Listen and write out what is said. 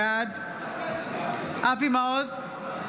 בעד אבי מעוז, בעד שרון ניר, נגד בנימין